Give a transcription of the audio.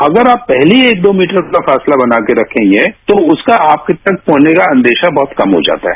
तो अगर आप पहले ही एक दो मीटर का फासला बनाकर के रखेंगे तो उसका आपके पास होने का अंदेशा कम हो जाता है